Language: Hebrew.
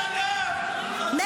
--- חבר הכנסת חנוך, אתה בקריאה שנייה.